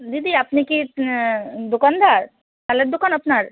দিদি আপনি কি দোকানদার চালের দোকান আপনার